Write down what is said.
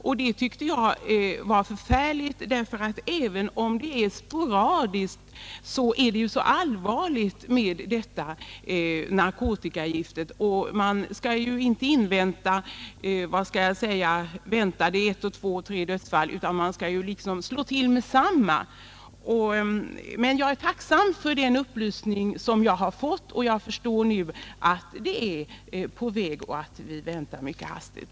Jag ansåg att det var förfärligt. Även om detta narkotikagift förekommer sporadiskt är det nämligen mycket farligt. Man skall inte invänta ett, två eller tre dödsfall, utan slå till med detsamma. Jag är dock tacksam för de här upplysningarna och förstår att åtgärder mycket snart kommer att vidtagas.